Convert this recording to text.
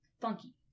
funky